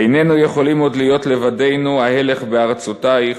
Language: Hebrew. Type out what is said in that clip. איננו יכולים עוד להיות לבדנו ה"הלך בארצותייך",